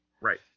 Right